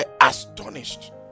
astonished